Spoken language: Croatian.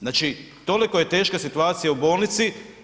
Znači toliko je teška situacija u bolnici.